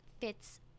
fits